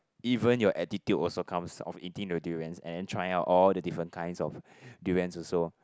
even your attitude also comes of eating the durians and trying out all the different kinds of durians also